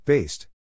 Based